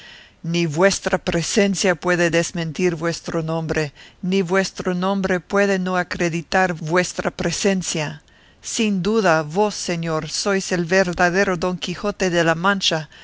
ni vuestra presencia puede desmentir vuestro nombre ni vuestro nombre puede no acreditar vuestra presencia sin duda vos señor sois el verdadero don quijote de la mancha